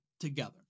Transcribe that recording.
together